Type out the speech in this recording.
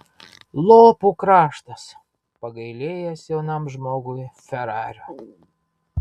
lopų kraštas pagailėjęs jaunam žmogui ferario